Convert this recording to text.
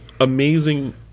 amazing